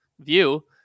view